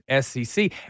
SEC